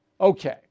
Okay